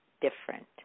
different